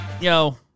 yo